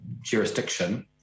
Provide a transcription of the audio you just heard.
jurisdiction